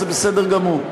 זה בסדר גמור.